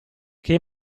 che